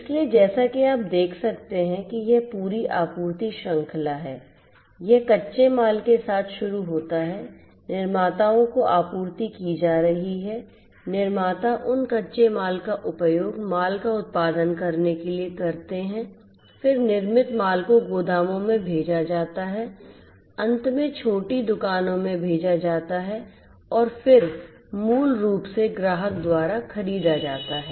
इसलिए जैसा कि आप देख सकते हैं कि यह पूरी आपूर्ति श्रृंखला है यह कच्चे माल के साथ शुरू होता है निर्माताओं को आपूर्ति की जा रही निर्माता उन कच्चे माल का उपयोग माल का उत्पादन करने के लिए करते हैं फिर निर्मित माल को गोदामों में भेजा जाता है अंत में छोटी दुकानों में भेजा जाता है और फिर मूल रूप से ग्राहक द्वारा खरीदा जाता है